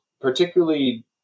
particularly